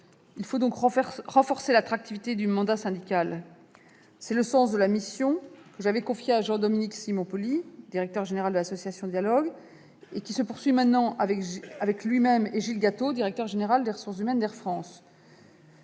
Il faut donc renforcer l'attractivité du mandat syndical. C'est le sens de la mission que j'avais confiée à Jean-Dominique Simonpoli, directeur général de l'association Dialogues, qu'il poursuit désormais avec Gilles Gateau, directeur général des ressources humaines d'Air France.